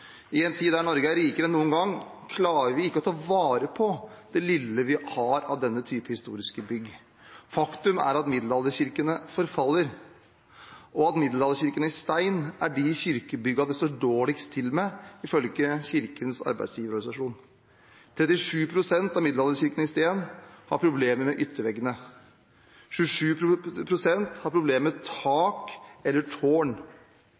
I en tid der Norge er rikere enn noen gang, klarer vi ikke å ta vare på det lille vi har av denne typen historiske bygg. Faktum er at middelalderkirkene forfaller, og at middelalderkirkene i stein er de kirkebyggene det står dårligst til med, ifølge Kirkens Arbeidsgiverorganisasjon. 37 pst. av middelalderkirkene i stein har problemer med ytterveggene, 27 pst. har problemer med tak eller tårn.